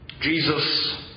Jesus